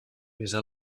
besa